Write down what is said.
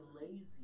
lazy